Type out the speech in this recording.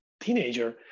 teenager